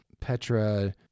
Petra